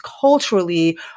culturally